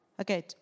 Okay